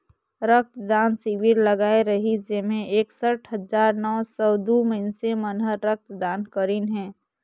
रक्त दान सिविर लगाए रिहिस जेम्हें एकसठ हजार नौ सौ दू मइनसे मन हर रक्त दान करीन हे